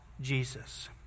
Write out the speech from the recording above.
Jesus